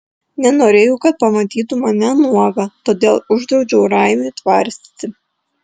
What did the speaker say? nenorėjau kad pamatytų mane nuogą todėl uždraudžiau raimiui tvarstyti